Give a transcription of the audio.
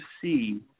see